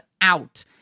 out